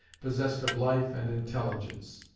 possessed of life and intelligence.